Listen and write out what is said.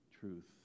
truth